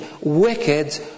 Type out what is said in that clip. wicked